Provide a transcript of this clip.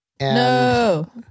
No